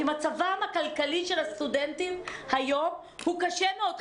כי מצבם הכלכלי של הסטודנטים היום הוא קשה מאוד,